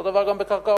אותו דבר גם בקרקעות.